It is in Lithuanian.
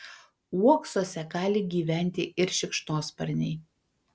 uoksuose gali gyventi ir šikšnosparniai